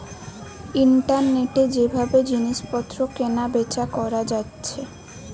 ইন্টারনেটে যে ভাবে জিনিস পত্র কেনা বেচা কোরা যাচ্ছে